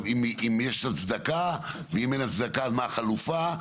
אם יש הצדקה ואם אין הצדקה, אז מה החלופה?